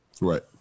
Right